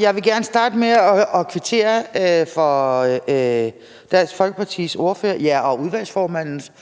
Jeg vil gerne starte med at kvittere for Dansk Folkepartis ordførers og dermed udvalgsformandens